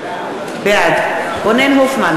בעד רונן הופמן,